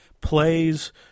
plays